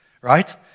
right